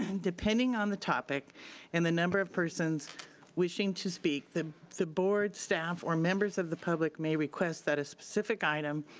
and depending on the topic and the number of persons wishing to speak, the the board staff or members of the public, may request that a specific item,